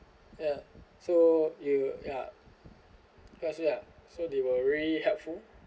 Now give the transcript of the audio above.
ya so you ya cause ya so they were really helpful